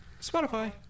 Spotify